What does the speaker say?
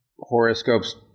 horoscopes